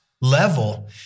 level